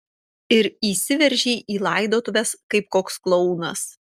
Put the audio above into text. ir įsiveržei į laidotuves kaip koks klounas